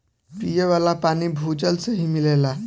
पिये वाला पानी भूजल से ही मिलेला